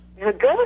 Good